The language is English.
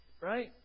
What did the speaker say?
right